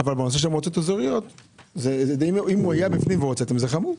אבל בנושא של מועצות אזוריות - אם היה בפנים והוצאתם - זה חמור.